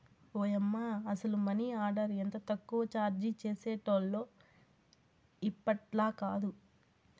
ఓయమ్మ, అసల money order ఎంత తక్కువ చార్జీ చేసేటోల్లో ఇప్పట్లాకాదు